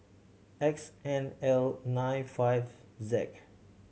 X N L nine five Z